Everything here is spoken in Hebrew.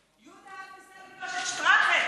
יהודה, אל תסכים לפגוש את שטראכה.